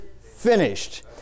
finished